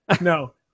No